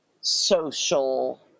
social